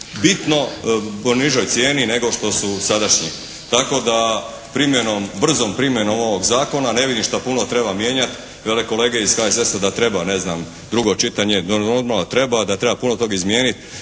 bitno po nižoj cijeni nego što su sadašnji. Tako da primjenom, brzom primjenom ovog zakona ne vidim što treba puno mijenjati. Vele kolege iz HSS-a da treba ne znam drugo čitanje. Normalno da treba, da treba puno toga izmijeniti.